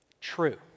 True